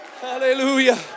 Hallelujah